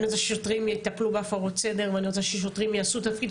אני רוצה ששוטרים יטפלו בהפרות סדר ואני רוצה ששוטרים יעשו תפקיד,